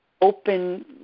open